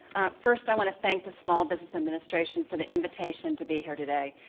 first, i want to thank the small business administration for the invitation to be here today.